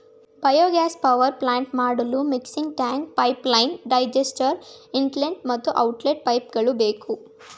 biogas power plant ಮಾಡಲು mixing tank, pipeline, digester, inlet ಮತ್ತು outlet ಪೈಪ್ಗಳು ಬೇಕು